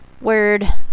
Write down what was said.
Word